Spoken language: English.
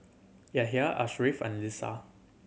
Yahya Ashraff and Lisa